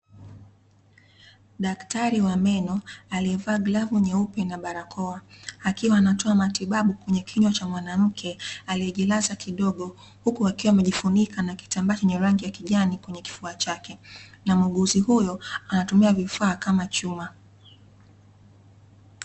Daktari wa meno aliyevaa glavu nyeupe na barakoa, akiwa anatoa matibabu kwenye kinywa cha mwanamke, aliyejilaza kidogo huku akiwa amejifunika na kitambaa chenye rangi ya kijani kwenye kifua chake, na muuguzi huyo anatumia vifaa kama chuma.